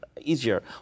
easier